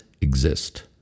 exist